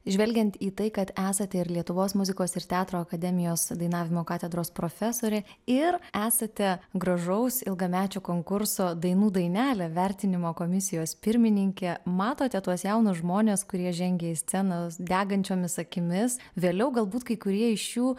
žvelgiant į tai kad esate ir lietuvos muzikos ir teatro akademijos dainavimo katedros profesorė ir esate gražaus ilgamečio konkurso dainų dainelė vertinimo komisijos pirmininkė matote tuos jaunus žmones kurie žengia į scenas degančiomis akimis vėliau galbūt kai kurie iš jų